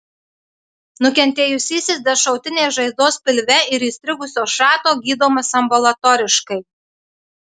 nukentėjusysis dėl šautinės žaizdos pilve ir įstrigusio šrato gydomas ambulatoriškai